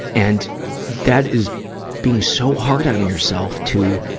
and that is being so hard on yourself to,